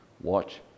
Watch